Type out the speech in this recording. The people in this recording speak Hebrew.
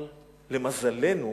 אבל למזלנו,